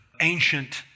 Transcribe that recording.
ancient